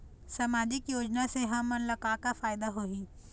सामाजिक योजना से हमन ला का का फायदा होही?